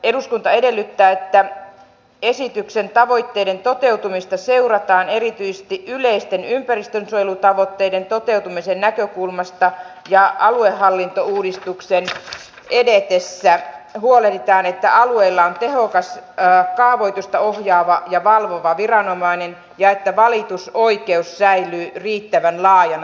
eduskunta edellyttää että esityksen tavoitteiden toteutumista seurataan erityisesti yleisten ympäristönsuojelutavoitteiden toteutumisen näkökulmasta ja aluehallintouudistuksen edetessä huolehditaan että alueilla on tehokas kaavoitusta ohjaava ja valvova viranomainen ja että valitusoikeus säilyy riittävän laajana